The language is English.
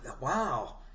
wow